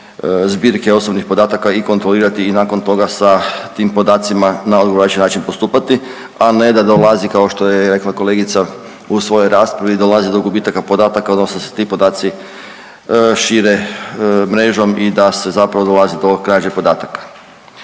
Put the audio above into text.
zbirke osobnih podatka i kontrolirati i nakon toga sa tim podacima na odgovarajući način postupati, a ne da dolazi kao što je rekla kolegica u svojoj raspravi, dolazi do gubitaka podataka odnosno da se ti podaci šire mrežom i da se zapravo dolazi do krađe podataka.